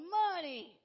money